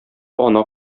ана